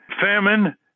famine